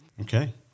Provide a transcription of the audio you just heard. Okay